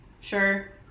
Sure